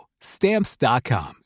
Stamps.com